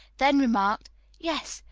then remarked yes,